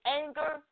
anger